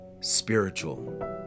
spiritual